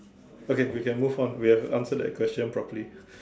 okay we can move on we have answered the question properly